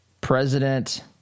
President